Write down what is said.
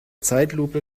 zeitlupe